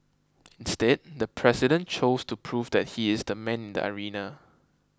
instead the president chose to prove that he is the man in the arena